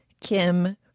Kim